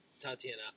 Tatiana